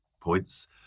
points